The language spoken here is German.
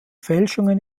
fälschungen